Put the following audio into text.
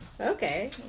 Okay